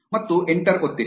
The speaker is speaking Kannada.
ಮತ್ತು ಎಂಟರ್ ಒತ್ತಿರಿ